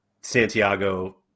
Santiago